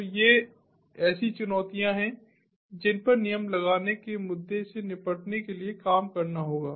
तो ये ऐसी चुनौतियां हैं जिन पर नियम लगाने के मुद्दे से निपटने के लिए काम करना होगा